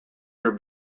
your